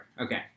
okay